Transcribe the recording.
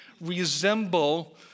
resemble